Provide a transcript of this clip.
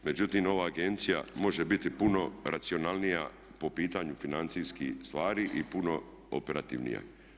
Međutim, ova agencija može biti puno racionalnija po pitanju financijskih stvari i puno operativnija.